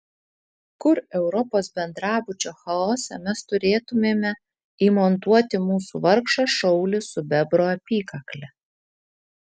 kur europos bendrabučio chaose mes turėtumėme įmontuoti mūsų vargšą šaulį su bebro apykakle